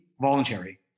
voluntary